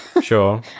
sure